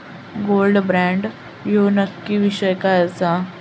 Gold bond ह्यो नक्की विषय काय आसा?